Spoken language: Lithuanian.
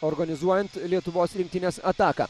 organizuojant lietuvos rinktinės ataką